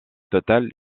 total